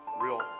real